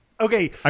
Okay